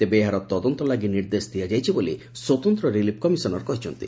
ତେବେ ଏହାର ତଦନ୍ତ ଲାଗି ନିର୍ଦ୍ଦେଶ ଦିଆଯାଇଛି ବୋଲି ସ୍ୱତନ୍ତ ରିଲିଫ୍ କମିଶନର କହିଛନ୍ତି